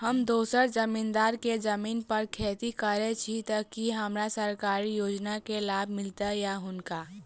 हम दोसर जमींदार केँ जमीन पर खेती करै छी तऽ की हमरा सरकारी योजना केँ लाभ मीलतय या हुनका?